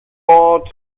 bord